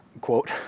quote